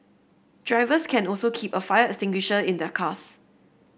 drivers can also keep a fire extinguisher in their cars